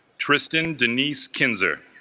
tristan denise kinser